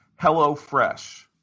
HelloFresh